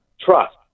trust